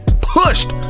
pushed